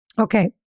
Okay